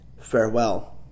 Farewell